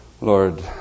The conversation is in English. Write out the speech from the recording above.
Lord